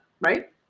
right